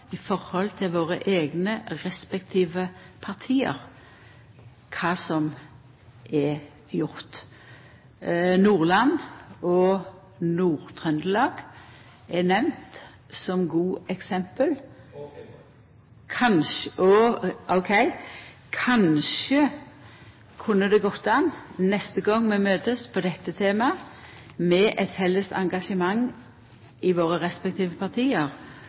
kva som er gjort. Nordland og Nord-Trøndelag er nemnde som gode eksempel. Og Finnmark! Ok. Kanskje det kunne gå an, med eit felles engasjement i våre respektive parti neste gong vi møtest om dette temaet,